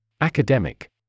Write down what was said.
Academic